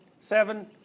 Seven